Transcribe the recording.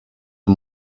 der